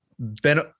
Ben